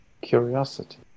curiosity